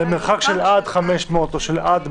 במרחק של עד 500 מטרים.